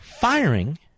Firing